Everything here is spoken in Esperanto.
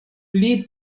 pli